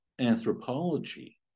anthropology